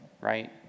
right